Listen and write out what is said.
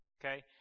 Okay